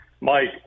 Mike